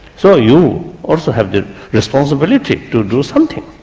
so you also have the responsibility to do something.